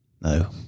No